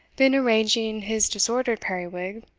been arranging his disordered periwig,